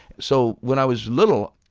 so when i was little,